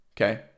Okay